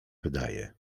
wydaje